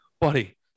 buddy